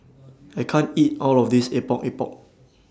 I can't eat All of This Epok Epok